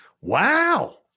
Wow